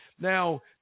Now